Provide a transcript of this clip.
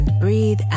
Breathe